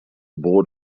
board